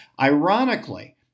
Ironically